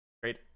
Great